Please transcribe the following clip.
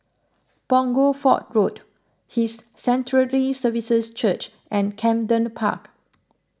Punggol Fort Road His Sanctuary Services Church and Camden Park